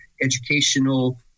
educational